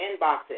inboxes